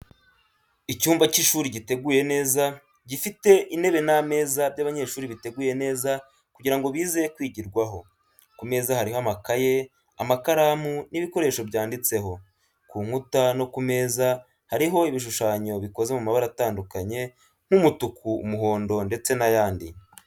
Icyumba cy’ishuri giteguye neza, gifite intebe n’ameza by’abanyeshuri biteguye neza kugira ngo bize kwigirwaho. Ku meza hariho amakaye, amakaramu, n’ibikoresho byanditseho. Ku nkuta no ku meza hariho ibishushanyo bikoze mu mabara atandukanye nk'umutuku, umuhondo ndetse n'ayandi.